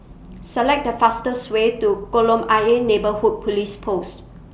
Select The fastest Way to Kolam Ayer Neighbourhood Police Post